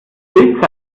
bild